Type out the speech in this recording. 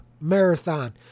marathon